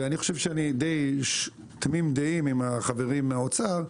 ואני חושב שאני די תמים דעים עם החברים מהאוצר,